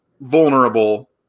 vulnerable